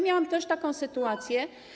Miałam też taką sytuację.